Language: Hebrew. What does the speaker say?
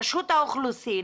רשות האוכלוסין,